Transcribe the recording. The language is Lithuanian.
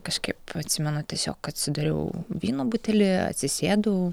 kažkaip atsimenu tiesiog atsidariau vyno butelį atsisėdau